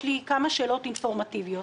יש לי כמה שאלות אינפורמטיביות.